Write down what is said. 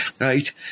Right